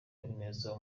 habineza